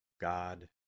God